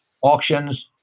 auctions